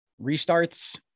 restarts